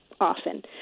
often